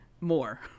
more